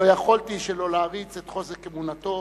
לא יכולתי שלא להעריץ את חוזק אמונתו,